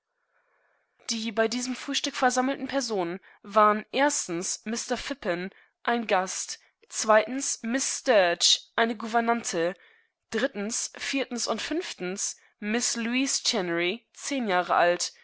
die bei diesem frühstück versammelten personen waren erstens mr phippen ein gast zweitensmißsturch einegouvernante drittens viertensundfünftensmißlouise chennery zehn jahre alt